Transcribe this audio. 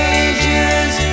ages